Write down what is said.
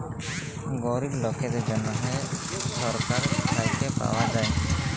গরিব লকদের জ্যনহে ছরকার থ্যাইকে পাউয়া যায়